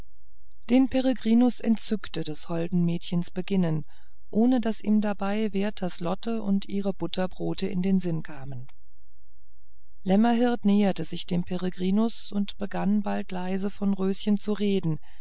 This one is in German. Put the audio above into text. den peregrinus entzückte des holden mädchens beginnen ohne daß ihm dabei werthers lotte und ihre butterbrote in den sinn kamen lämmerhirt näherte sich dem peregrinus und begann halb leise von röschen zu reden